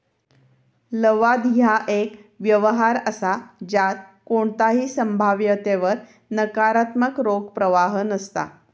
लवाद ह्या एक व्यवहार असा ज्यात कोणताही संभाव्यतेवर नकारात्मक रोख प्रवाह नसता